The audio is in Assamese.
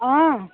অঁ